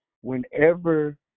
whenever